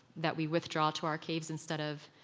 that we withdraw to our caves instead of